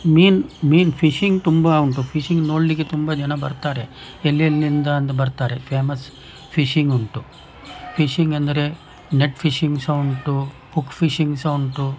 ಮೀನು ಮೀನು ಫಿಶಿಂಗ್ ತುಂಬ ಉಂಟು ಫಿಶಿಂಗ್ ನೋಡಲಿಕ್ಕೆ ತುಂಬ ಜನ ಬರ್ತಾರೆ ಎಲ್ಲೆಲ್ಲಿಂದ ಅಂದು ಬರ್ತಾರೆ ಫೇಮಸ್ ಫಿಶಿಂಗ್ ಉಂಟು ಫಿಶಿಂಗ್ ಎಂದರೆ ನೆಟ್ ಫಿಶಿಂಗ್ ಸಹ ಉಂಟು ಹುಕ್ ಫಿಶಿಂಗ್ ಸಹ ಉಂಟು